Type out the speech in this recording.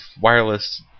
wireless